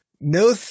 no